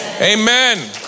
Amen